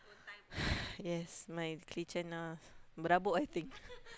yes my kitchen ah berhabuk I think